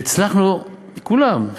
והצלחנו, כולם,